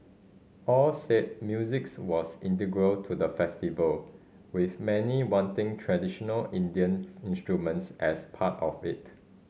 all said musics was integral to the festival with many wanting traditional Indian instruments as part of it